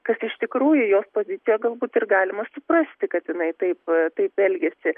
kas iš tikrųjų jos poziciją galbūt ir galima suprasti kad jinai taip taip elgiasi